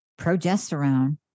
progesterone